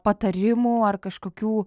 patarimų ar kažkokių